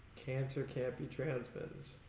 cancer cannot be transmitted